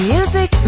Music